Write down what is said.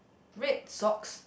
red socks